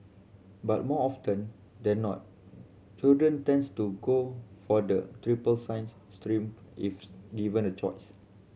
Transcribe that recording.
but more often than not students tend to go for the triple science stream if given a choice